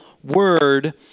word